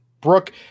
Brooke